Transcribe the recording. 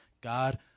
God